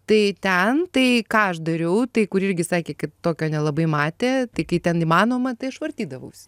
tai ten tai ką aš dariau tai kur irgi sakė kad tokio nelabai matė tai kai ten įmanoma tai aš vartydavaus